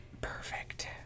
Perfect